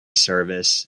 service